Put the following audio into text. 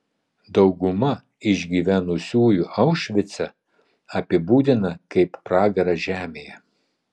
dauguma išgyvenusiųjų aušvicą apibūdiną kaip pragarą žemėje